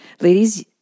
Ladies